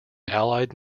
allied